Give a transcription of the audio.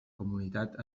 comunitat